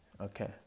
Okay